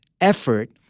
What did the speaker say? effort